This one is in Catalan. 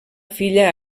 filla